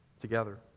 together